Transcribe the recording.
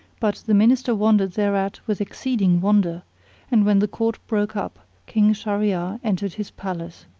but the minister wondered thereat with exceeding wonder and when the court broke up king shahryar entered his palace.